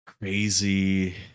crazy